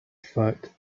fact